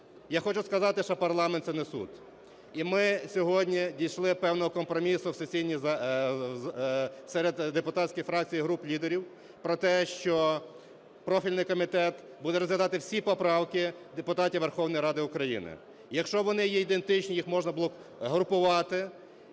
Я хочу сказати, що парламент це не суд. І ми сьогодні дійшли певного компромісу серед депутатських фракцій і груп лідерів про те, що профільний комітет буде розглядати всі поправки депутатів Верховної Ради України. Якщо вони є ідентичні, їх можна було б групувати